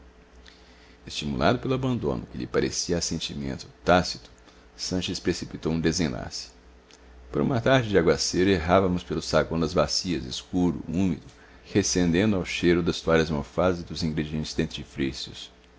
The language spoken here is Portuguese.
estimulado pelo abandono que lhe parecia assentimento tácito sanches precipitou um desenlace por uma tarde de aguaceiro errávamos pelo saguão das bacias escuro úmido recendendo ao cheiro das toalhas mofadas e dos ingredientes